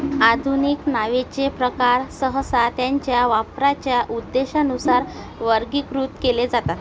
आधुनिक नावेचे प्रकार सहसा त्यांच्या वापराच्या उद्देशानुसार वर्गीकृत केले जातात